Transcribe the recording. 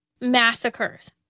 massacres